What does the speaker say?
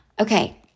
Okay